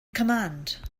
command